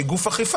שהיא גוף אכיפה.